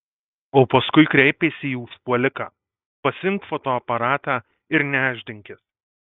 o paskui kreipėsi į užpuoliką pasiimk fotoaparatą ir nešdinkis